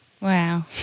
Wow